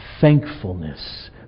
thankfulness